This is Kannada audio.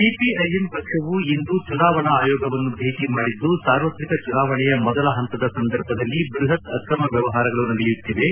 ಸಿಪಿಐಎಂ ಪಕ್ಷವು ಇಂದು ಚುನಾವಣಾ ಆಯೋಗವನ್ನು ಭೇಟಿ ಮಾಡಿದ್ದು ಸಾರ್ವತ್ರಿಕ ಚುನಾವಣೆಯ ಮೊದಲ ಹಂತದ ಸಂದರ್ಭದಲ್ಲಿ ಬೃಹತ್ ಅಕ್ರಮ ವ್ಯವಹಾರಗಳು ನಡೆಯುತ್ತಿವೆ